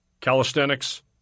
calisthenics